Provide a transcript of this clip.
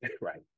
right